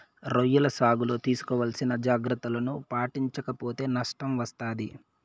రొయ్యల సాగులో తీసుకోవాల్సిన జాగ్రత్తలను పాటించక పోతే నష్టం వస్తాది